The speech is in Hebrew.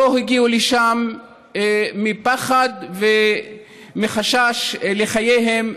לא הגיעו לשם מפחד ומחשש לחייהם ולשלומם.